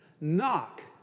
Knock